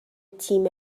تیم